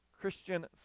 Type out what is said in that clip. Christian